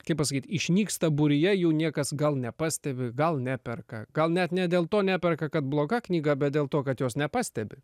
kaip pasakyt išnyksta būryje jų niekas gal nepastebi gal neperka gal net net dėl to neperka kad bloga knyga bet dėl to kad jos nepastebi